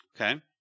okay